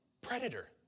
Predator